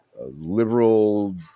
liberal